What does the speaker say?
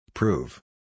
Prove